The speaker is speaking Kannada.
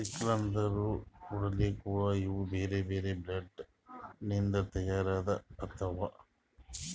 ಸಿಕ್ಲ್ ಅಂದುರ್ ಕೊಡ್ಲಿಗೋಳ್ ಇವು ಬೇರೆ ಬೇರೆ ಬ್ಲೇಡ್ ಲಿಂತ್ ತೈಯಾರ್ ಆತವ್